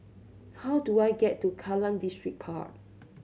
how do I get to Kallang Distripark